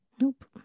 Nope